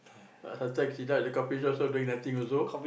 ah sometimes she at the coffeeshop doing nothing also